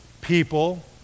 people